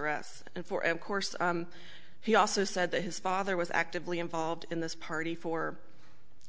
arrests and for of course he also said that his father was actively involved in this party for